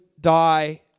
die